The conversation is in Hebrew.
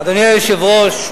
אדוני היושב-ראש,